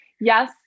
yes